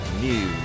News